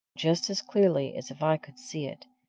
just as clearly as if i could see it,